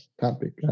topic